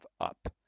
up